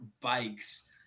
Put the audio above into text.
bikes